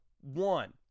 one